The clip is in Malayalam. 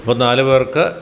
അപ്പോള് നാലു പേർക്ക്